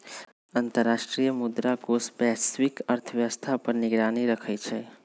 अंतर्राष्ट्रीय मुद्रा कोष वैश्विक अर्थव्यवस्था पर निगरानी रखइ छइ